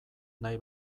nahi